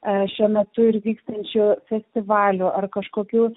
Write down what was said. šiuo metu ir vyksiančių festivalių ar kažkokių